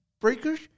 breakers